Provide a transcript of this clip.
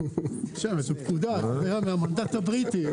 גם במנדט הבריטי.